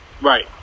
Right